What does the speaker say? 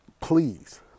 Please